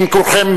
בשם כולכם,